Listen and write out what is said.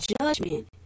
judgment